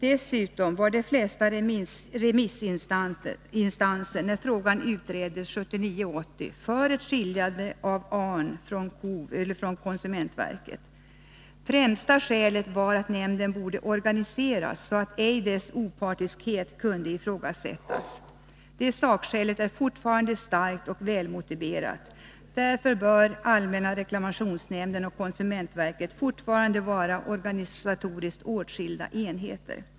Dessutom var de flesta remissinstanser, när frågan 1979-1980 utreddes, för ett skiljande av allmänna reklamationsnämnden från konsumentverket. Främsta skälet var att nämnden borde organiseras så att dess opartiskhet ej kunde ifrågasättas. Det sakskälet är fortfarande starkt och välmotiverat. Därför bör allmänna reklamationsnämnden och konsumentverket fortfarande vara organisatoriskt åtskilda enheter.